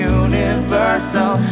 universal